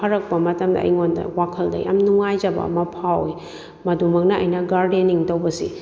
ꯐꯔꯛꯄ ꯃꯇꯝꯗ ꯑꯩꯉꯣꯟꯗ ꯋꯥꯈꯜꯗ ꯌꯥꯝ ꯅꯨꯡꯉꯥꯏꯖꯕ ꯑꯃ ꯐꯥꯎꯏ ꯃꯗꯨꯃꯛꯅ ꯑꯩꯅ ꯒꯥꯔꯗꯦꯅꯤꯡ ꯇꯧꯕꯁꯤ